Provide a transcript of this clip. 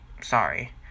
sorry